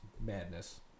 madness